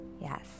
Yes